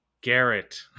Garrett